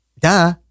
duh